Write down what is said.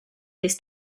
this